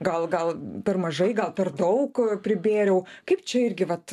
gal gal per mažai gal per daug pribėriau kaip čia irgi vat